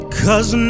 cause